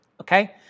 okay